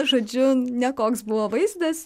žodžiu nekoks buvo vaizdas